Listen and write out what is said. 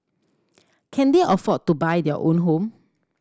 can they afford to buy their own home